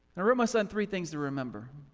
and wrote my son three things to remember.